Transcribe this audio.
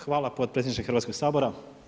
Hvala potpredsjedniče Hrvatskog sabora.